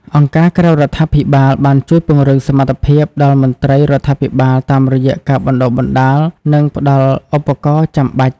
អង្គការក្រៅរដ្ឋាភិបាលបានជួយពង្រឹងសមត្ថភាពដល់មន្ត្រីរដ្ឋាភិបាលតាមរយៈការបណ្តុះបណ្តាល និងផ្តល់ឧបករណ៍ចាំបាច់។